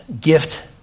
gift